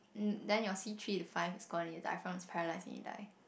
mm then your C_three to five is gone already your diaphragm is paralysed and you die